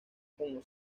como